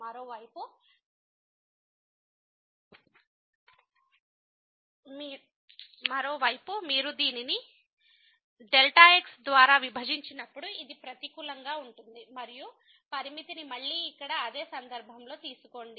మరోవైపు మీరు దీనిని x ద్వారా విభజించినప్పుడు ఇది ప్రతికూలంగా ఉంటుంది మరియు లిమిట్ని మళ్ళీ ఇక్కడ అదే సందర్భంలో తీసుకోండి